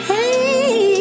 Hey